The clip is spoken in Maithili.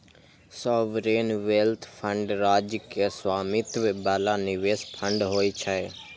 सॉवरेन वेल्थ फंड राज्य के स्वामित्व बला निवेश फंड होइ छै